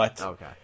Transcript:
Okay